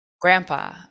Grandpa